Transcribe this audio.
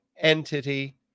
entity